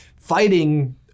fighting